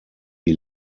die